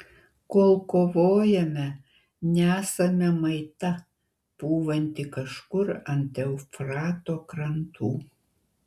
kol kovojame nesame maita pūvanti kažkur ant eufrato krantų